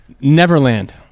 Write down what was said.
neverland